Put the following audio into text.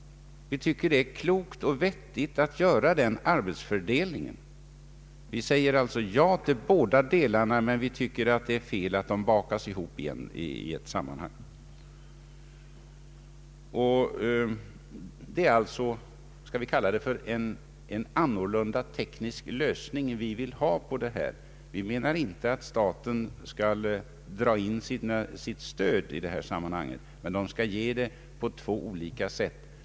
Vi tycker att det är klokt att göra den arbetsfördelningen. Vi säger alltså ja till båda delarna, men vi tycker att det är fel att de bakas ihop i ett sammanhang. Det är alltså vad man kan kalla för en annorlunda teknisk lösning vi vill ha. Vi menar inte att staten skall dra in sitt stöd i detta sammanhang men att det skall ges på två olika sätt.